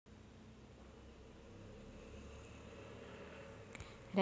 रॅगीच्या उत्पादनात राजस्थान भारतात प्रथम क्रमांकावर आहे